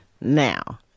Now